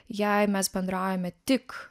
jei mes bendraujame tik